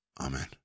Amen